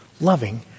loving